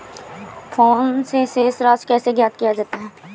Phone से शेष राशि कैसे ज्ञात किया जाता है?